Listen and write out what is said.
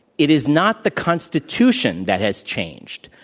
it is not the constitution that has changed,